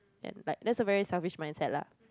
and like that's a very selfish mindset lah